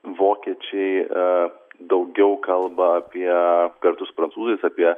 vokiečiai daugiau kalba apie kartu su prancūzais apie